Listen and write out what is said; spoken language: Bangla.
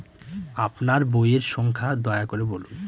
আপনার বইয়ের সংখ্যা দয়া করে বলুন?